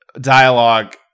dialogue